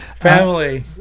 Family